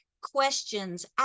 questions